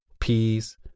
peas